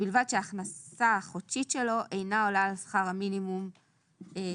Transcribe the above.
ובלבד שההכנסה החודשית שלו אינה עולה על שכר המינימום לחודש".